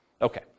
Okay